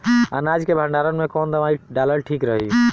अनाज के भंडारन मैं कवन दवाई डालल ठीक रही?